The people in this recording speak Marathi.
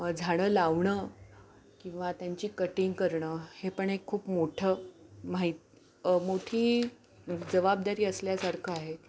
झाडं लावणं किंवा त्यांची कटिंग करणं हे पण एक खूप मोठं माहित् मोठी जबाबदारी असल्यासारखं आहे